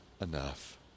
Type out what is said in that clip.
enough